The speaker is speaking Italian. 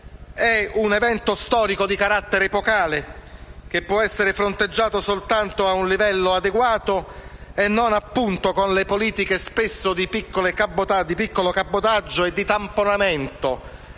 è un evento storico di carattere epocale, può essere fronteggiato soltanto a un livello adeguato, e non con le politiche di piccolo cabotaggio e di tamponamento